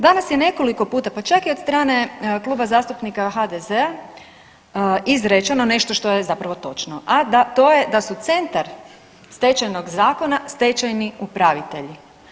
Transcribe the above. Danas je nekoliko puta, pa čak i od strane Kluba zastupnika HDZ-a izrečeno nešto što je zapravo točno, a da to je da su centar Stečajnog zakona stečajni upravitelji.